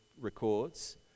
records